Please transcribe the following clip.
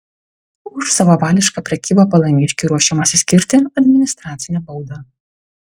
už savavališką prekybą palangiškiui ruošiamasi skirti administracinę baudą